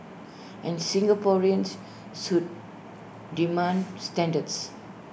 and Singaporeans should demand standards